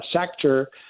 sector